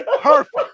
Perfect